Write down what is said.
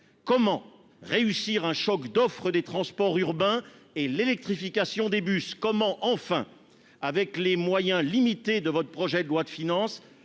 comment réussir un choc d'offre des transports urbains et l'électrification des bus comment enfin avec les moyens limités de votre projet de loi de finances